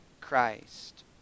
Christ